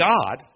God